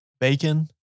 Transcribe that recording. bacon